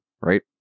right